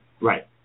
Right